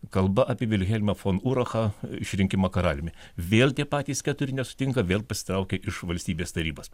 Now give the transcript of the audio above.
kalba apie vilhelmą fon urachą išrinkimą karaliumi vėl tie patys keturi nesutinka vėl pasitraukė iš valstybės tarybos